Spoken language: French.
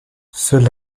seule